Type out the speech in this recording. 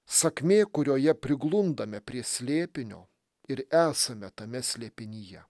sakmė kurioje priglundame prie slėpinio ir esame tame slėpinyje